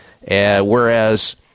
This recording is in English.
whereas